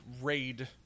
raid